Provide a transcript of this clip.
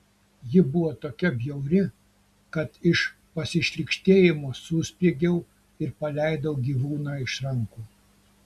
ji buvo tokia bjauri kad iš pasišlykštėjimo suspiegiau ir paleidau gyvūną iš rankų